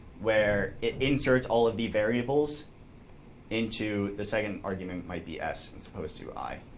where it inserts all of the variables into the second argument, might be s as opposed to i.